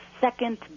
second